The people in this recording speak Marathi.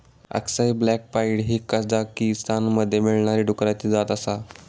अक्साई ब्लॅक पाईड ही कझाकीस्तानमध्ये मिळणारी डुकराची जात आसा